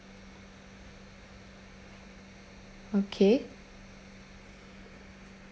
okay